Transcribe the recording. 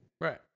Right